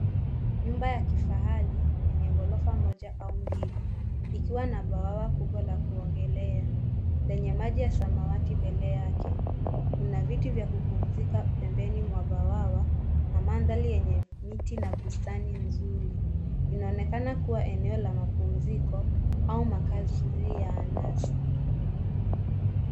Nyumba ya kifahari yenye ghorofa moja au mbili ,likiwa na bwawa kubwa la kuogelea lenye maji ya samawati mbele yake. Kuna viti vya kupumzika pembeni mwa bwawa na mandhari yenye miti na bustani nzuri. Inaokena kuwa eneo la pumziko au makasri ya anasa.